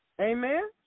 Amen